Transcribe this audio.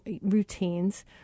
routines